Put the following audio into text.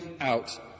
out